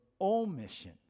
omission